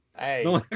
Hey